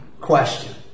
question